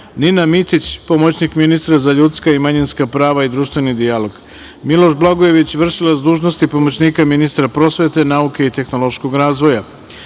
Nina Mitić, pomoćnik ministra za ljudska i manjinska prava i društveni dijalog, Miloš Blagojević, vršilac dužnosti pomoćnika ministra prosvete, nauke i tehnološkog razvoja,